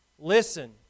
Listen